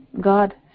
God